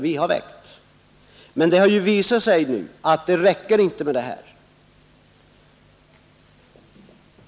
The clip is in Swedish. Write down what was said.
Det har emellertid nu visat sig att det inte räcker med dessa bestämmelser.